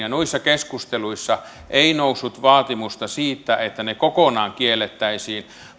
noissa keskusteluissa ei noussut vaatimusta siitä että ne kokonaan kiellettäisiin